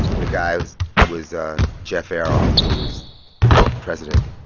the guy was was ah jeff ayeroff, who was the president